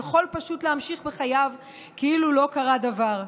יכול פשוט להמשיך בחייו כאילו לא קרה דבר,